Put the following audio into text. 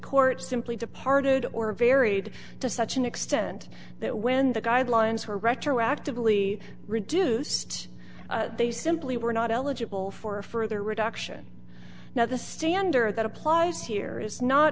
court simply departed or varied to such an extent that when the guidelines were retroactively reduced they simply were not eligible for a further reduction now the standard that applies here is not